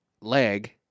leg